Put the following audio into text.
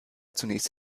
zunächst